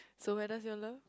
so where does your love